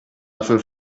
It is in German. hintern